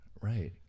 right